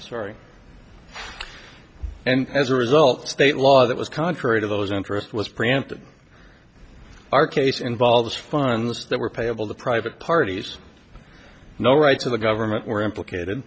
story and as a result state law that was contrary to those interest was preempted our case involves funds that were payable to private parties no rights of the government were implicated